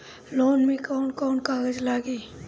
Loan में कौन कौन कागज लागी?